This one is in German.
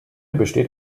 besteht